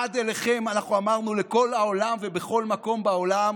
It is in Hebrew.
עד אליכם אנחנו אמרנו לכל העולם ובכל מקום בעולם